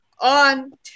on